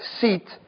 seat